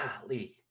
Golly